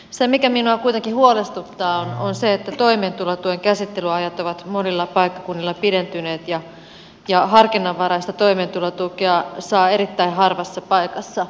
se mikä minua kuitenkin huolestuttaa on se että toimeentulotuen käsittelyajat ovat monilla paikkakunnilla pidentyneet ja harkinnanvaraista toimeentulotukea saa erittäin harvassa paikassa nykyisin